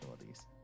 abilities